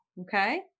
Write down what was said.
Okay